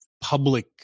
public